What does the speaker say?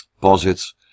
posits